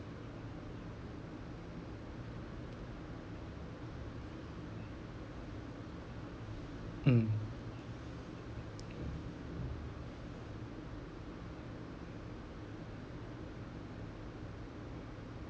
mm